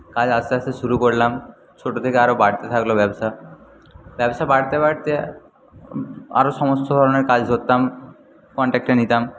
কাজ আস্তে আস্তে শুরু করলাম ছোট থেকে আরও বাড়তে থাকল ব্যবসা ব্যবসা বাড়তে বাড়তে আরও সমস্ত ধরনের কাজ ধরতাম কন্টাক্টে নিতাম